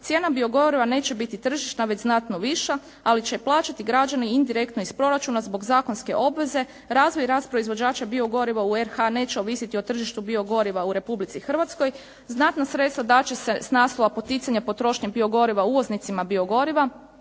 Cijena biogoriva neće biti tržišna već znatno viša, ali će plaćati građani indirektno iz proračuna zbog zakonske obveze. Razvoj i rast proizvođača biogoriva u RH neće ovisiti o tržištu biogoriva u Republici Hrvatskoj. Znatna sredstva dat će se s naslova poticanja potrošnje biogoriva uvoznicima biogoriva.